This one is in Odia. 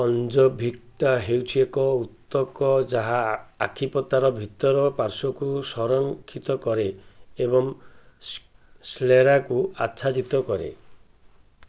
କଞ୍ଜଙ୍କ୍ଟିଭା ହେଉଛି ଏକ ଉତକ ଯାହା ଆଖିପତାର ଭିତର ପାର୍ଶ୍ୱକୁ ସଂରଖିତ କରେ ଏବଂ ସ୍କ୍ଲେ ସ୍କ୍ଲେରାକୁ ଆଚ୍ଛାଦିତ କରେ